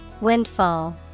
Windfall